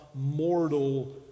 mortal